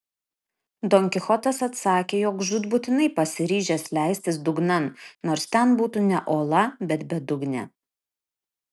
don kichotas atsakė jog žūtbūtinai pasiryžęs leistis dugnan nors ten būtų ne ola bet bedugnė